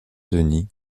denis